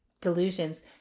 delusions